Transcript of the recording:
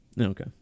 Okay